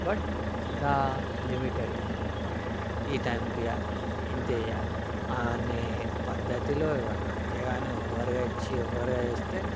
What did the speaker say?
but ఎంత లిమిటెడ్గా ఈ టైంకి ఇవ్వాలి ఇంతే ఇవ్వాలి అన్నీ పద్ధతిలో ఇవ్వండి అంతేగాని ఓవర్గా ఇచ్చి ఓవర్గా చేస్తే